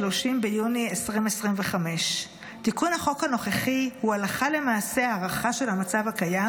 30 ביוני 2025. תיקון החוק הנוכחי הוא הלכה למעשה הארכה של המצב הקיים